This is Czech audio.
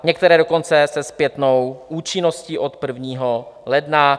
Některé dokonce se zpětnou účinností od 1. ledna.